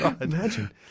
Imagine